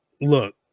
look